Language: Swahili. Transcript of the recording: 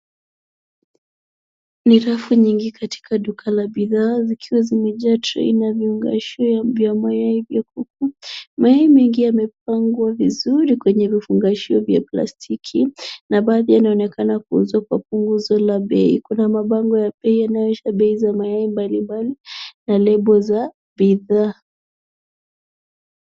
Ni rafu nyingi katika duka la bidhaa zikiwa zimejaa trei na vifungashio vya mayai vya kuku. Mayai mengi yamepangwa vizuri kwenye vifungashio vya plastiki na baadhi yanaonekana kuuzwa kwa punguzo la bei. Kuna mabango ya bei, yanayoonyesha bei za mayai mbalimbali na lebo za bidhaa.